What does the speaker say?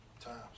times